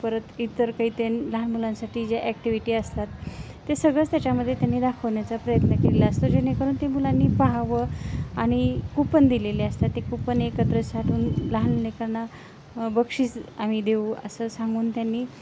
परत इतर काही ते लहान मुलांसाठी ज्या ॲक्टिव्हिटी असतात ते सगळंच त्याच्यामध्ये त्यांनी दाखवण्याचा प्रयत्न केलेला असतो जेणेकरून ते मुलांनी पहावं आणि कुपन दिलेले असतात ते कुपन एकत्र साठवून लहान लेकरांना बक्षीस आम्ही देऊ असं सांगून त्यांनी